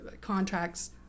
contracts